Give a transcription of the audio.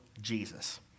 Jesus